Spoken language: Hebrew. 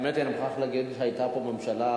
האמת היא שאני מוכרח להגיד שכשהיתה פה ממשלה,